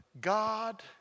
God